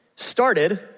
started